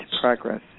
progress